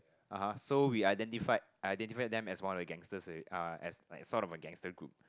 (uh huh) so we identified identified them as one of the gangsters all it uh as like sort of a gangster group